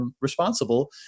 responsible